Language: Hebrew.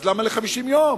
אז למה ל-50 יום?